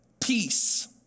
peace